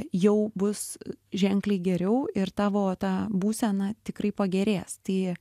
jau bus ženkliai geriau ir tavo ta būsena tikrai pagerės tai